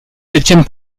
étienne